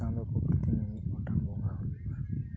ᱪᱟᱸᱫᱳᱠᱚ ᱯᱨᱚᱛᱤ ᱢᱤᱢᱤᱫ ᱜᱚᱴᱟᱝ ᱵᱚᱸᱜᱟ ᱦᱩᱭᱩᱜᱼᱟ